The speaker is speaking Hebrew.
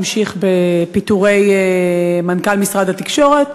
המשיך בפיטורי מנכ"ל משרד התקשורת,